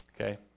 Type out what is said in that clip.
Okay